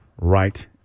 Right